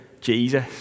Jesus